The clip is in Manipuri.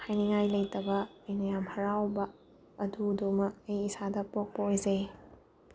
ꯍꯥꯏꯅꯤꯡꯉꯥꯏ ꯂꯩꯇꯕ ꯑꯩꯅ ꯌꯥꯝ ꯍꯔꯥꯎꯕ ꯑꯗꯨꯗꯨꯃ ꯑꯩ ꯏꯁꯥꯗ ꯄꯣꯛꯄ ꯑꯣꯏꯖꯩ